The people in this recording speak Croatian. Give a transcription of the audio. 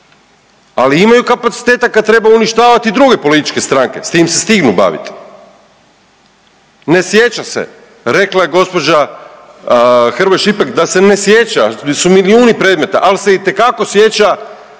Ali imaju kapaciteta kad treba uništavati druge političke stranke, s tim se stignu baviti. Ne sjeća se, rekla je gđa. Hrvoj Šipek da se ne sjeća, da su milijuni predmeta, ali se itekako sjeća